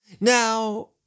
Now